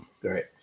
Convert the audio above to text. great